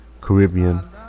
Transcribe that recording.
Caribbean